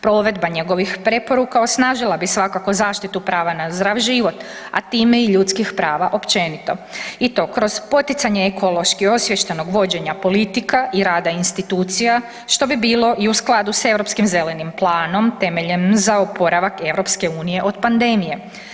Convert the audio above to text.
Provedba njegovih preporuka osnažila bi svakako zaštitu prava na zdrav život a time i ljudskih prava općenito i to kroz poticanje ekološki osviještenog vođenja politika i rada institucija što bi bilo u skladu sa europskim zelenim planom temeljem za oporavak EU-a od pandemije.